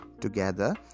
together